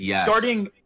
Starting